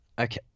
Okay